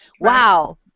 Wow